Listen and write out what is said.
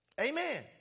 Amen